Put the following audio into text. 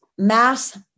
Mass